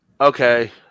Okay